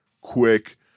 quick